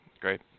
Great